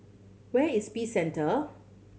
where is Peace Centre